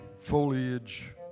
foliage